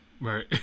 Right